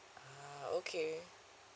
ah okay